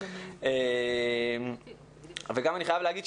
אני חייב להגיד,